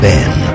Ben